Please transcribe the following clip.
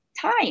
time